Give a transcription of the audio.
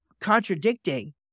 contradicting